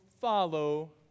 follow